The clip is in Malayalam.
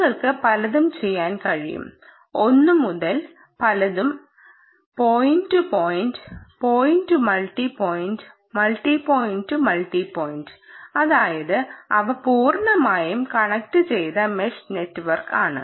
നിങ്ങൾക്ക് പലതും ചെയ്യാൻ കഴിയും ഒന്ന് മുതൽ പലതും point to point point to multi point multi point to multi point അതായത് അവ പൂർണ്ണമായും കണക്റ്റുചെയ്ത മെഷ് നെറ്റ്വർക്ക് ആണ്